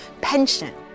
pension